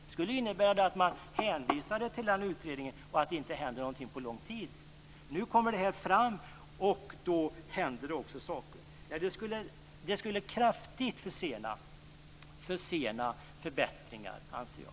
Det skulle innebära att man hänvisade till den utredningen och att det inte händer någonting på lång tid. Nu kommer det här fram, och då händer det också saker. Det skulle kraftigt försena förbättringar, anser jag.